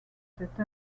cette